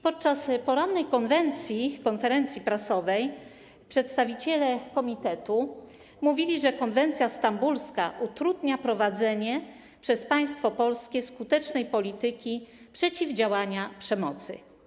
Podczas porannej konferencji prasowej przedstawiciele komitetu mówili, że konwencja stambulska utrudnia prowadzenie przez państwo polskie skutecznej polityki przeciwdziałania przemocy.